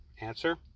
Answer